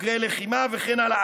בוגרי לחימה וכן הלאה.